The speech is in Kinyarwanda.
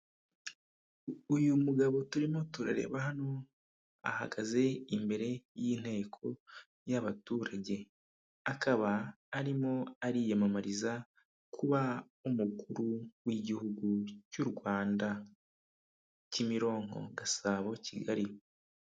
Uyu mugabo turimo turareba hano, ahagaze imbere y'inteko y'abaturage, akaba arimo ariyamamariza kuba umukuru w'igihugu cy'u Rwanda, Kimironko, Gasabo, Kigali.